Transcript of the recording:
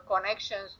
connections